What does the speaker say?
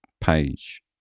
page